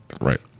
right